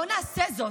לא נעשה זאת,